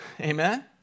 Amen